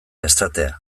esatea